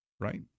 Right